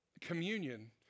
communion